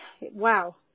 wow